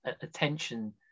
attention